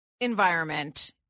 environment